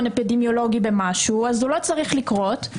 אפידמיולוגי במשהו הוא לא צריך לקרות,